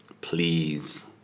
please